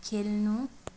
खेल्नु